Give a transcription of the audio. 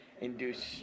induce